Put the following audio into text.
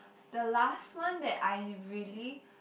the last one that I really